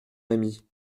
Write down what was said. ami